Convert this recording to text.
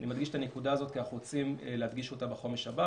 אני מדגיש את הנקודה הזאת כי אנחנו רוצים להדגיש אותה בחומש הבא.